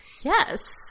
Yes